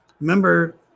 remember